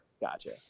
gotcha